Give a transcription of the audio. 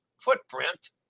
footprint